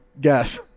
Guess